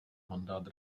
mandát